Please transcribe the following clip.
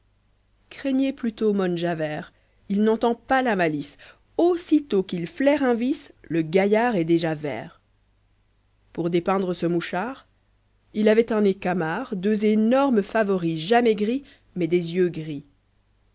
craignez plutôt mous javert il n'entend pas la malice aussitôt qu'il flaire un vice le gaillard est déjà vert pour dépeindre ce mouchard il avait un nez camard deux énormes favoris jamais gris mais des yeux gris